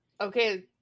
Okay